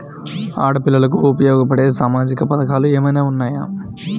ఆడపిల్లలకు ఉపయోగపడే సామాజిక పథకాలు ఏమైనా ఉన్నాయా?